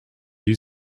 you